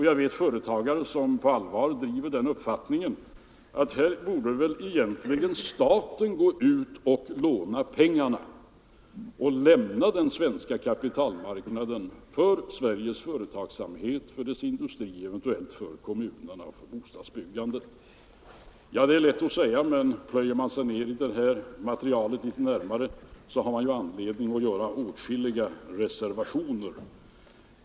Jag vet företagare som på allvar hävdat uppfattningen att staten då borde låna sina pengar utomlands och lämna den svenska kapitalmarknaden åt Sveriges företagsamhet och dess industri, eventuellt åt kommunerna och bostadsbyggandet. Det är lätt att säga, men plöjer man sig djupare ned i det här materialet finner man anledning att göra åtskilliga reservationer.